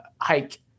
hike